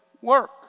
work